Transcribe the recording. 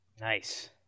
Nice